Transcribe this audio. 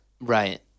Right